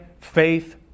faith